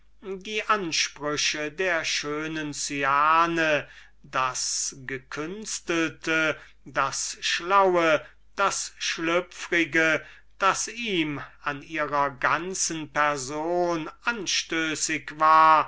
die forderungen der schönen cyane das gekünstelte das schlaue das schlüpfrige das ihm an ihrer ganzen person anstößig war